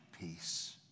peace